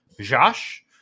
Josh